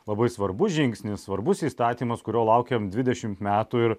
labai svarbus žingsnis svarbus įstatymas kurio laukėm dvidešimt metų ir